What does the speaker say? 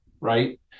right